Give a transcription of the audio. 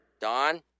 Don